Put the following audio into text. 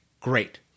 great